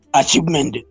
achievement